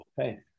Okay